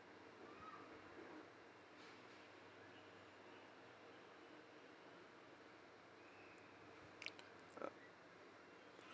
uh